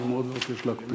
אני מאוד מבקש להקפיד.